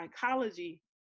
psychology